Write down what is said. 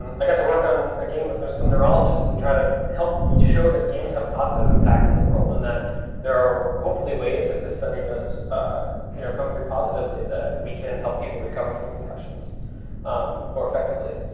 i got to work on a game with some neurologists and try to help show that games have positive impact in the world, and that there are hopefully ways, if the study does you know come through positively, that we can help people recover from concussions more effectively.